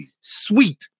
sweet